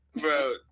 Bro